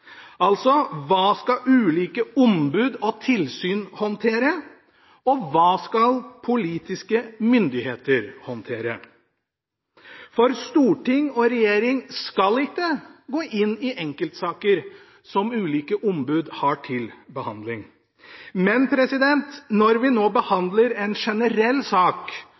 Altså: Hva skal ulike ombud og tilsyn håndtere, og hva skal politiske myndigheter håndtere? Storting og regjering skal ikke gå inn i enkeltsaker som ulike ombud har til behandling. Men når vi nå behandler en generell sak